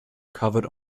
covered